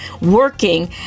working